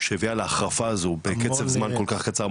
שהביאה להחרפה הזו בקצב זמן כל כך קצר,